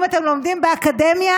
אם אתם לומדים באקדמיה,